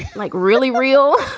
like, really real.